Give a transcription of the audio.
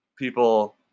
people